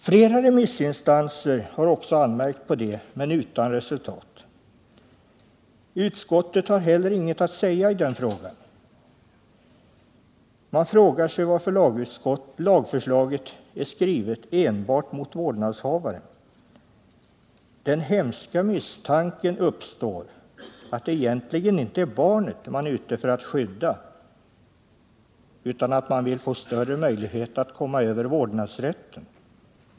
Flera remissinstanser har också anmärkt på detta men utan resultat. Utskottet har heller inget att säga i den frågan. Man frågar sig varför lagförslaget är skrivet enbart mot vårdnadshavaren. Den hemska misstanken uppstår att det egentligen inte är barnet man är ute för att skydda utan att man vill få större möjligheter att komma över vårdnadsrätten.